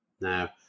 Now